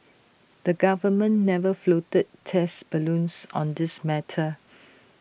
the government never floated test balloons on this matter